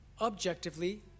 objectively